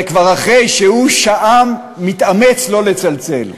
זה כבר אחרי שהוא שעה מתאמץ לא לצלצל.